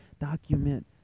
document